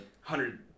hundred